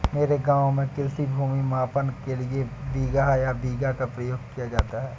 मेरे गांव में कृषि भूमि मापन के लिए बिगहा या बीघा का प्रयोग किया जाता है